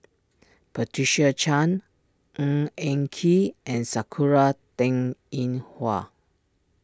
Patricia Chan Ng Eng Kee and Sakura Teng Ying Hua